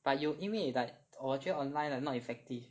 but 有因为 like 我觉得 online like not effective